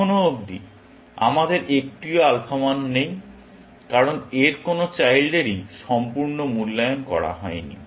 এখনও অবধি আমাদের একটিও আলফা মান নেই কারণ এর কোনও চাইল্ডেরই সম্পূর্ণ মূল্যায়ন করা হয়নি